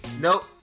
nope